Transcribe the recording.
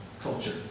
culture